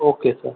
okay sir